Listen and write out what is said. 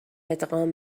ادغام